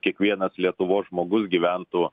kiekvienas lietuvos žmogus gyventųs